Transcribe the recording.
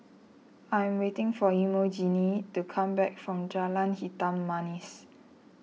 I am waiting for Emogene to come back from Jalan Hitam Manis